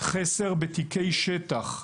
חסר בתיקי שטח: